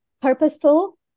purposeful